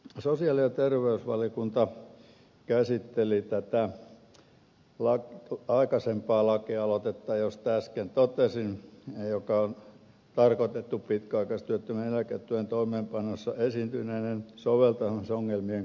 sosiaali ja terveysvaliokunta käsitteli tätä aikaisempaa lakialoitetta josta äsken totesin joka on tarkoitettu pitkäaikaistyöttömien eläketuen toimeenpanossa esiintyneiden soveltamisongelmien korjaamiseen